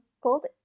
called